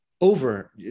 over